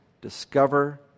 discover